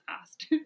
asked